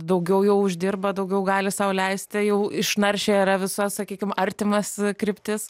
daugiau jau uždirba daugiau gali sau leisti jau išnaršė yra visas sakykim artimas kryptis